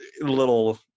little